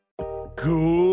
Cool